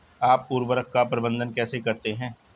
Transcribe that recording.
आप उर्वरक का प्रबंधन कैसे करते हैं?